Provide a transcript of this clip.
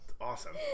Awesome